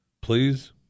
Please